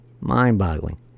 Mind-boggling